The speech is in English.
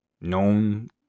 known